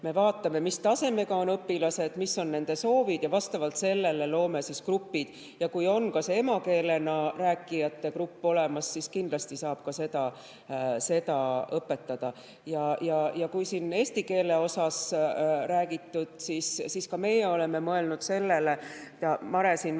Me vaatame, mis tasemega on õpilased, mis on nende soovid, ja vastavalt sellele loome grupid. Kui on emakeelena rääkijate grupp olemas, siis kindlasti saab ka seda õpetada. Ja kui siin on eesti keelest räägitud, siis ka meie oleme mõelnud sellele, mida